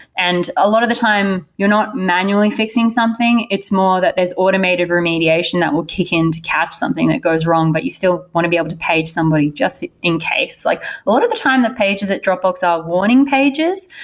and a lot of the time, you're not manually fixing something. it's more that there's automated remediation that will kick in to catch something that goes wrong, but you still want to be able to page somebody just in case. like a lot of the time the pages at dropbox are warning pages,